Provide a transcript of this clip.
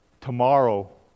tomorrow